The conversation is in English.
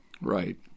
Right